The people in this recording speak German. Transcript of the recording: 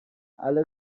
alle